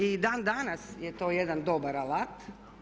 I dan danas je to jedan dobar alat.